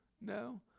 No